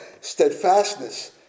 steadfastness